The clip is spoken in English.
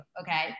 okay